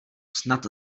snad